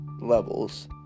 levels